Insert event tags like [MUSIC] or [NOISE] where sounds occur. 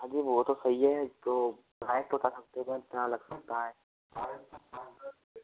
हाँ जी वो तो सही है जो [UNINTELLIGIBLE] कितना लग सकता है